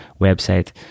website